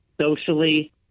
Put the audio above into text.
socially